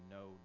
no